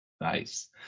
Nice